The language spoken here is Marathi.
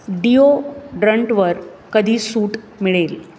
डिओड्रंटवर कधी सूट मिळेल